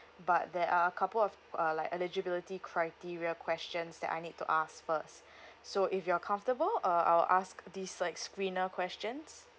but there are a couple of uh like eligibility criteria questions that I need to ask first so if you are comfortable uh I'll ask these uh screener questions